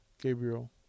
Gabriel